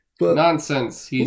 Nonsense